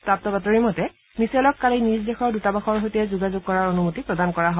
প্ৰাপ্ত বাতৰি মতে মিচেলক কালি নিজ দেশৰ দূতাবাসৰ সৈতে যোগাযোগ কৰাৰ অনুমতি প্ৰদান কৰা হয়